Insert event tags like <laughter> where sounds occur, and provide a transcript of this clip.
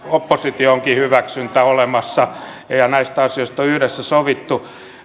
<unintelligible> oppositionkin hyväksyntä olemassa ja ja näistä asioista on yhdessä sovittu